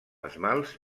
esmalts